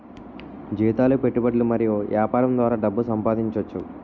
జీతాలు పెట్టుబడులు మరియు యాపారం ద్వారా డబ్బు సంపాదించోచ్చు